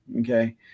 Okay